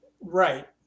Right